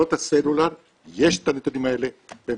בחברות הסלולר יש את הנתונים האלה והן